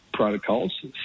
protocols